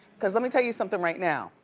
cause let me tell you something right now.